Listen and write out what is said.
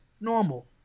normal